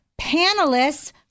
panelists